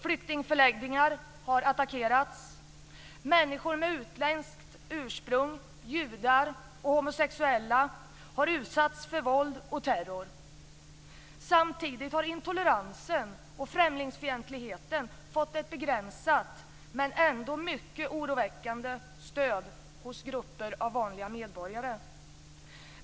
Flyktingförläggningar har attackerats, människor med utländskt ursprung, judar och homosexuella har utsatts för våld och terror. Samtidigt har intoleransen och främlingsfientligheten fått ett begränsat, men ändå mycket oroväckande stöd hos grupper av vanliga medborgare.